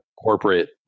corporate